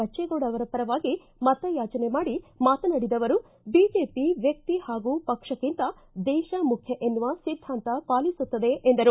ಬಜ್ವೇಗೌಡ ಪರವಾಗಿ ಮತಯಾಜನೆ ಮಾಡಿ ಮಾತನಾಡಿದ ಅವರು ಬಿಜೆಪಿ ವ್ಯಕ್ತಿ ಹಾಗೂ ಪಕ್ಷಕ್ಕಿಂತ ದೇಶ ಮುಖ್ಯ ಎನ್ನುವ ಸಿದ್ದಾಂತ ಪಾಲಿಸುತ್ತಿದೆ ಎಂದರು